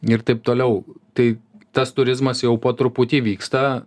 ir taip toliau tai tas turizmas jau po truputį vyksta